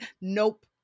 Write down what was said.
Nope